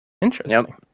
Interesting